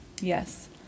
Yes